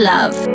Love